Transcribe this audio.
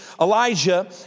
Elijah